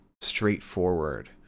straightforward